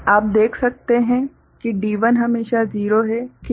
आप देख सकते हैं कि D1 हमेशा 0 है ठीक है